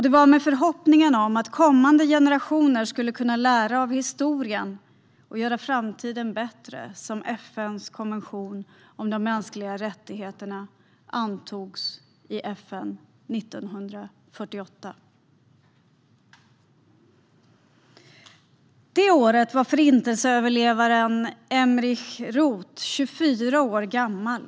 Det var med förhoppningen om att kommande generationer skulle kunna lära av historien och göra framtiden bättre som FN:s konvention om de mänskliga rättigheterna antogs i FN år 1948. Det året var förintelseöverlevaren Emerich Roth 24 år gammal.